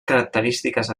característiques